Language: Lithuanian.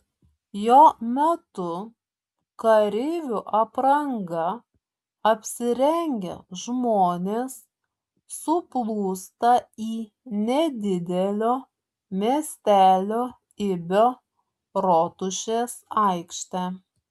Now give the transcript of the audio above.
jo metu kareivių apranga apsirengę žmonės suplūsta į nedidelio miestelio ibio rotušės aikštę